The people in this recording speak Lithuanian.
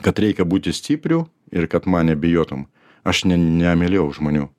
kad reikia būti stipriu ir kad mane bijotum aš ne nemylėjau žmonių